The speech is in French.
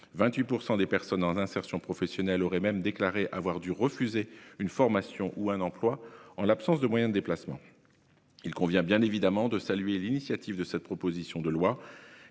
28 % des personnes en insertion professionnelle auraient même déclaré avoir dû refuser une formation ou un emploi en l'absence de moyens de déplacement. Il convient bien évidemment de saluer l'initiative de cette proposition de loi.